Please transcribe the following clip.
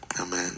amen